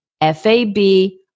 F-A-B